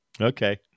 Okay